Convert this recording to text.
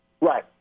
Right